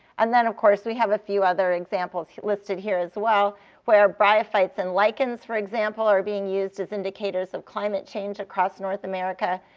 and then, of course, we have a few other examples listed here as well where bryophytes and lichens, for example, are being used as indicators of climate change across north america.